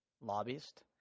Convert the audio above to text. lobbyist